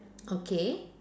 okay